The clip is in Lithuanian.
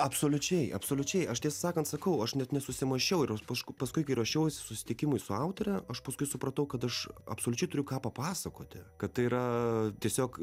absoliučiai absoliučiai aš tiesą sakant sakau aš net paskui kai ruošiausi susitikimui su autore aš paskui supratau kad aš absoliučiai turiu ką papasakoti kad tai yra tiesiog